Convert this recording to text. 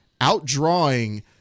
outdrawing